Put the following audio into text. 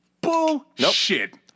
Bullshit